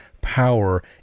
power